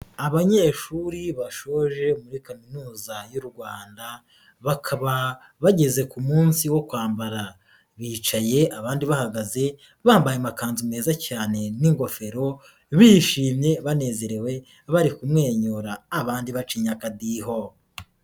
Abanyeshuri bashoje muri Kaminuza y'u Rwanda, bakaba bageze ku munsi wo kwambara, bicaye abandi bahagaze, bambaye amakanzu meza cyane n'ingofero, bishimye banezerewe bari kumwenyura abandi bacinya akadiho